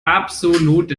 absolut